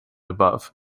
above